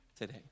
today